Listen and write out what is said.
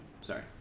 sorry